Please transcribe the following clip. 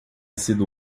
sido